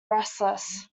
restless